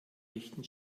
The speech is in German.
rechten